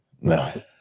No